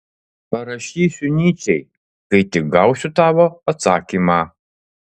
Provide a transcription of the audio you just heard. parašysiu nyčei kai tik gausiu tavo atsakymą